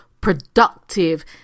productive